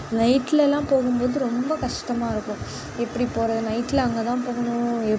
நைட்லலாம் போகும்போது ரொம்ப கஷ்டமாக இருக்கும் எப்படி போறது நைட்ல அங்கே தான் போகணும்